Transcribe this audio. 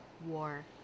war